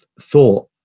thought